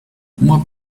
uma